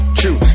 true